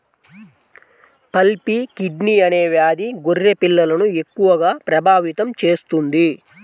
pulpy kidney అనే వ్యాధి గొర్రె పిల్లలను ఎక్కువగా ప్రభావితం చేస్తుంది